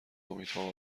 امیدها